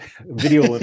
Video